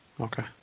Okay